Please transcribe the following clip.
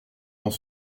dans